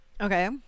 Okay